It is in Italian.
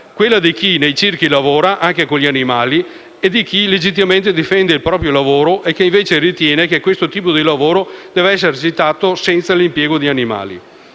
quella di chi nei circhi lavora, anche con gli animali, e che legittimamente difende il proprio lavoro e quella di chi invece ritiene che questo tipo di lavoro debba essere esercitato senza l'impiego di animali.